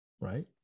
right